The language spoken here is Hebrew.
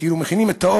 מכינים אותו,